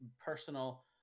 personal